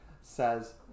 says